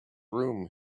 room